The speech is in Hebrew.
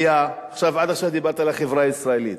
עד עכשיו דיברתי על החברה הישראלית.